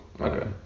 Okay